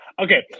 Okay